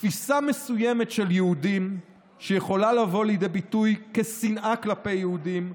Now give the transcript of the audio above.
תפיסה מסוימת של יהודים שיכולה לבוא לידי ביטוי כשנאה כלפי יהודים,